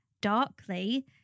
darkly